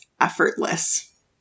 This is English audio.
effortless